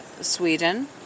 Sweden